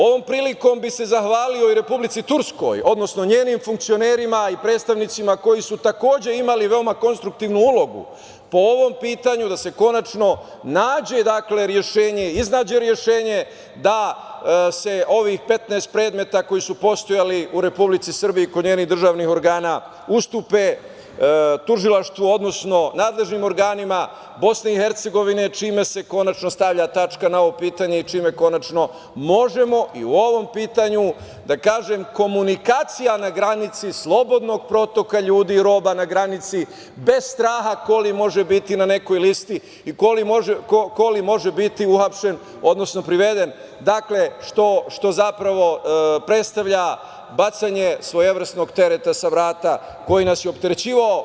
Ovom prilikom bih se zahvalio i Republici Turskoj, odnosno njenim funkcionerima i predstavnicima koji su takođe imali veoma konstruktivnu ulogu po ovom pitanju, da se konačno nađe rešenje, iznađe rešenje da se ovih 15 predmeta koji su postojali u Republici Srbiji kod njenih državnih organa ustupe tužilaštvu, odnosno nadležnim organima BiH, čime se konačno stavlja tačka na ovo pitanje i čime konačno možemo i u ovom pitanju, da kažem, komunikacija na granici slobodnog protoka ljudi i roba na granici, bez straha ko li može biti na nekoj listi i ko li može biti uhapšen, odnosno priveden, što zapravo predstavlja bacanje svojevrsnog tereta sa vrata koji nas je opterećivao.